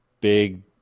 big